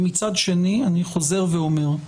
ומצד שני, אני חוזר ואומר,